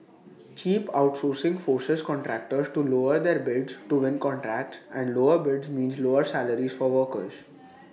cheap outsourcing forces contractors to lower their bids to win contracts and lower bids mean lower salaries for workers